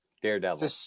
Daredevil